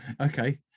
Okay